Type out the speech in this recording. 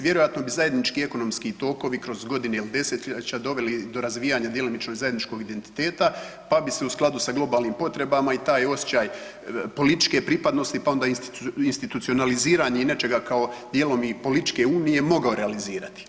Vjerojatno bi zajednički ekonomski tokovi kroz godine ili desetljeća doveli do razvijanja djelomičnog zajedničkog identiteta, pa bi se u skladu sa globalnim potrebama i taj osjećaj političke pripadnosti, pa onda institucionaliziranje nečega kao dijelom i političke unije mogao realizirati.